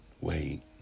wait